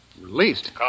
Released